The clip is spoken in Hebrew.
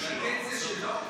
רגע, יתד זה שלו?